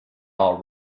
all